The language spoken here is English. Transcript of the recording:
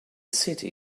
city